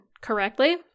correctly